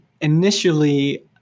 initially